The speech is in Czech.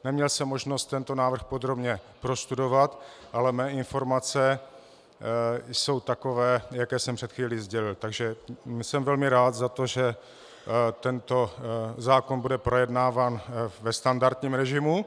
Neměl jsem možnost tento návrh podrobně prostudovat, ale mé informace jsou takové, jaké jsem před chvílí sdělil, takže jsem velmi rád za to, že tento zákon bude projednáván ve standardním režimu.